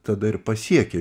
tada ir pasiekė